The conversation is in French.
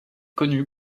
connu